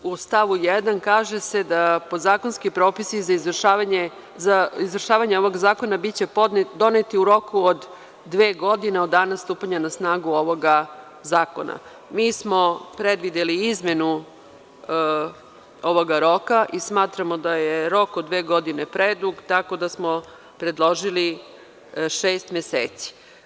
U stavu 1. kaže se: „Podzakonski propisi za izvršavanje ovog zakona biće doneti u roku od dve godine od dana stupanja na snagu ovog zakona.“ Predvideli smo izmenu ovog roka i smatramo da je rok od dve godine predug, tako da smo predložili šest meseci.